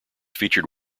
featured